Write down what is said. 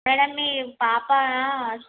madam మీ పాప